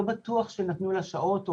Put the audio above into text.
לא בטוח שנתנו לה שעות או.